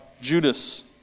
Judas